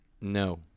No